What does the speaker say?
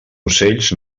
ocells